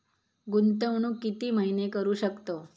गुंतवणूक किती महिने करू शकतव?